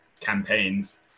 campaigns